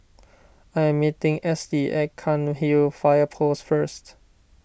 I am meeting Estie at Cairnhill Fire Post first